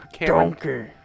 Donkey